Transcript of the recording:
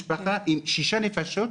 משפחה בת שש נפשות,